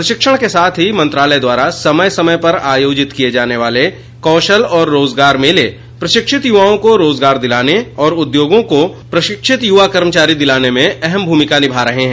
प्रशिक्षण के साथ ही मंत्रालय द्वारा समय समय पर आयोजित किये जाने वाले कौशल और रोजगार मेले प्रशिक्षित युवाओं को रोजगार दिलाने और उद्योगों को प्रशिक्षित युवा कर्मचारी दिलाने मे अहम भूमिका निभा रहे हैं